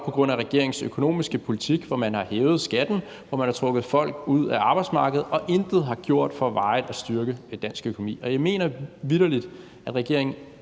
på grund af regeringens økonomiske politik, hvor man har hævet skatten, hvor man har trukket folk ud af arbejdsmarkedet og intet har gjort for varigt at styrke dansk økonomi. Jeg mener vitterlig, at regeringen